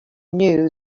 knew